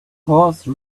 horse